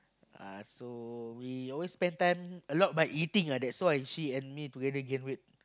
uh so we always spend time a lot by eating lah that's why she and me together gain weight